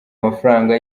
amafaranga